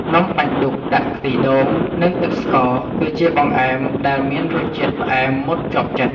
នំបាញ់ឌុកដាក់ខ្ទិះដូង និងទឹកស្ករ គឺជាបង្អែមដែលមានរសជាតិផ្អែមមុតជាប់ចិត្ត។